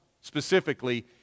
specifically